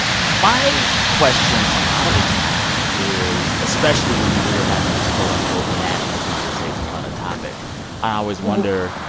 my question a lot of the time is, especially when we are having these, quote, unquote, national conversations about a topic i always wonder,